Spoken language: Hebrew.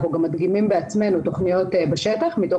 אנחנו גם מדגימים בעצמנו תוכניות בשטח מתוך